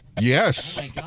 Yes